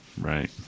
right